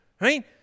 right